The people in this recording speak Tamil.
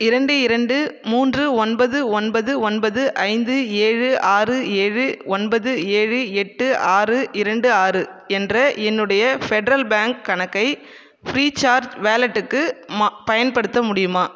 இரண்டு இரண்டு மூன்று ஒன்பது ஒன்பது ஒன்பது ஐந்து ஏழு ஆறு ஏழு ஒன்பது ஏழு எட்டு ஆறு இரண்டு ஆறு என்ற என்னுடைய ஃபெட்ரல் பேங்க் கணக்கை ஃப்ரீசார்ஜ் வாலெட்டுக்கு பயன்படுத்த முடியுமா